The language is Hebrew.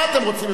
מה אתם רוצים?